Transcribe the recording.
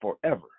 forever